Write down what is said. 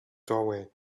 doorway